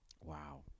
Wow